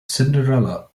cinderella